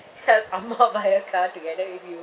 hmm I'm not buying a car together with you